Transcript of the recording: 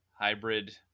hybrid